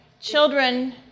Children